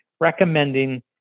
recommending